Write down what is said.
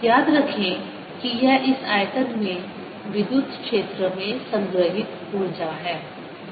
याद रखें कि यह इस आयतन में विद्युत क्षेत्र में संग्रहीत ऊर्जा है